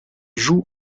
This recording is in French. joue